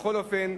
בכל אופן,